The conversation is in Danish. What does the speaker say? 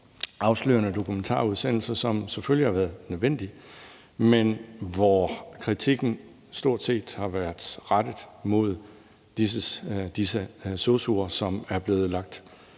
afslørende dokumentarudsendelser, som selvfølgelig har været nødvendige, men hvor kritikken stort set har været rettet mod disse sosu'er, som er blevet lagt